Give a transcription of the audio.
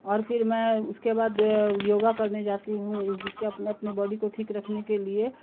اور پھر میں اس کے بعد یوگا کرنے جاتی ہوں اس کے اپنے اپنے باڈی کو ٹھیک رکھنے کے لیے